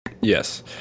Yes